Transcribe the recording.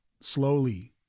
Slowly